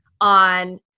on